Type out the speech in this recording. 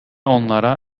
onlara